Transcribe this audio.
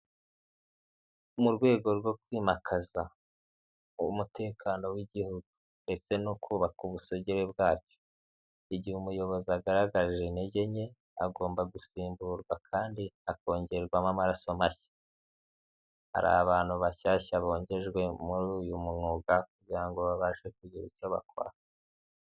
Mu rwego rwo kwimakaza umutekano w'igihugu ndetse no kubaka ubusugire bwacyo, igihe umuyobozi agaragaje intege nke agomba gusimburwa kandi akongerwamo amaraso mashya, hari abantu bashyashya bongejwe muri uyu mwuga kugira ngo babashe kugira icyo bakora.